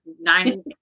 nine